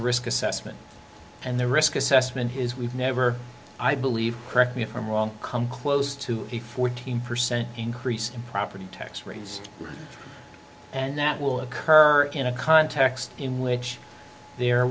risk assessment and the risk assessment his we've never i believe correct me if i'm wrong come close to a fourteen percent increase in property tax rates and that will occur in a context in which there